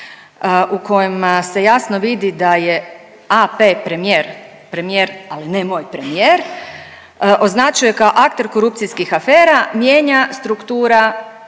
u kojima se jasno vidi da je AP premijer, premijer, ali ne moj premijer, označuje kao akter korupcijskih afera, mijenja struktura